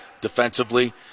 defensively